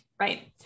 Right